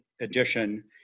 edition